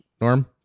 Norm